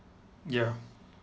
ya